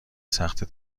سخته